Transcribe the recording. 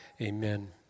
Amen